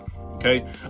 Okay